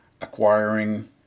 acquiring